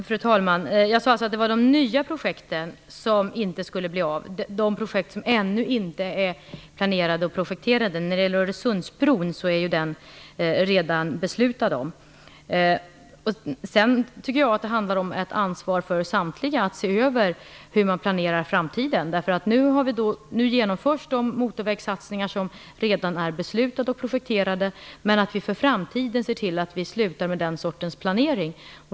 Fru talman! Jag sade att det var de nya projekten som inte skulle bli av, de projekt som ännu inte är planerade och projekterade. När det gäller Öresundsbron är ju den redan beslutad. Jag tycker att det handlar om ett ansvar för samtliga att se över hur man planerar framtiden. Nu genomförs de motorvägssatsningar som redan är beslutade och projekterade, men för framtiden ser vi till att vi slutar med den sortens planering.